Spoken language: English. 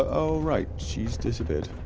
oh right she's disappeared